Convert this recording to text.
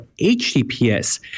HTTPS